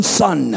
son